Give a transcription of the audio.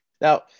Now